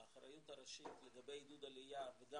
האחריות הראשית לגבי עידוד עלייה וגם